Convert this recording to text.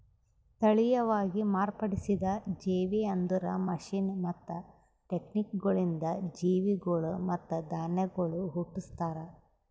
ತಳಿಯವಾಗಿ ಮಾರ್ಪಡಿಸಿದ ಜೇವಿ ಅಂದುರ್ ಮಷೀನ್ ಮತ್ತ ಟೆಕ್ನಿಕಗೊಳಿಂದ್ ಜೀವಿಗೊಳ್ ಮತ್ತ ಧಾನ್ಯಗೊಳ್ ಹುಟ್ಟುಸ್ತಾರ್